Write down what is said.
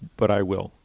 but i will.